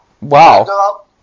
Wow